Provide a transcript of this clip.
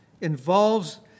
involves